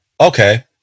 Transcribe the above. okay